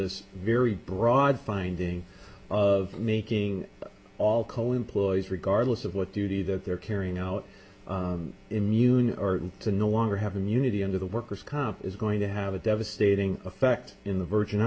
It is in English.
this very broad finding of making all coal employees regardless of what duty that they're carrying out immune or to know want or have immunity under the workers comp is going to have a devastating effect in the virgin